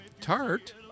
Tart